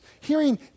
hearing